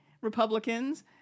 Republicans